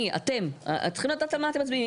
אני, אתם, צריכים לדעת על מה אנחנו מצביעים.